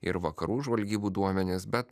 ir vakarų žvalgybų duomeyis bet